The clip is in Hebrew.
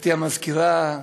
גברתי המזכירה,